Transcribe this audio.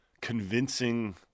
convincing